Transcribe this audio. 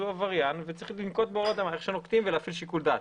הוא עבריין וצריך לנקוט כמו שנוקטים ולהפעיל שיקול דעת.